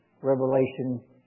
Revelation